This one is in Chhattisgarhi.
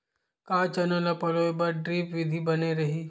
का चना ल पलोय बर ड्रिप विधी बने रही?